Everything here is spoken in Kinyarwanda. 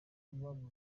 babonye